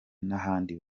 n’ahandi